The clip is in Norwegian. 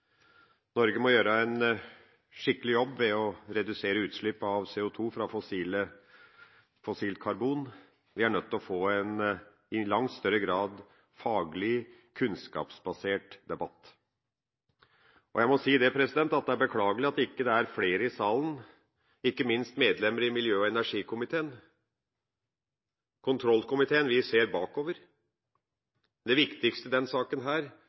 Norge må gjøre en skikkelig jobb ved å redusere utslipp av CO2 fra fossilt karbon. Vi er nødt til å få en i langt større grad faglig, kunnskapsbasert debatt. Jeg må si at det er beklagelig at det ikke er flere i salen, ikke minst medlemmer fra energi- og miljøkomiteen. Kontrollkomiteen – vi ser bakover. Det viktigste i denne saken